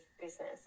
business